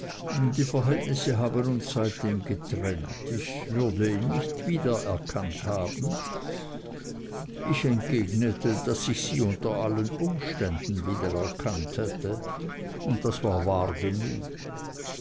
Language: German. die verhältnisse haben uns seitdem getrennt ich würde ihn nicht wieder erkannt haben ich entgegnete daß ich sie unter allen umständen wieder erkannt hätte und das war wahr genug